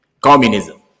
Communism